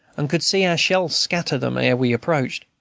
and could see our shell scatter them ere we approached.